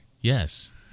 Yes